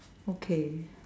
okay